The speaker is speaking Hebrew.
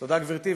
תודה, גברתי.